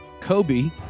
Kobe